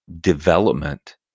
development